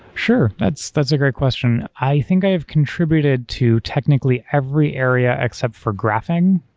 sure. that's that's a great question. i think i have contributed to technically every area except for graphing,